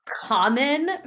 common